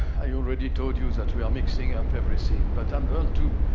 i already told you that we are mixing up everything. but i'm going to